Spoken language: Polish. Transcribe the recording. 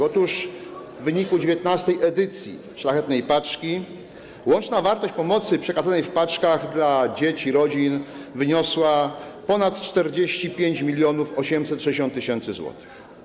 Otóż w wyniku 19. edycji Szlachetnej Paczki łączna wartość pomocy przekazanej w paczkach dla dzieci, rodzin wyniosła ponad 45 860 tys. zł.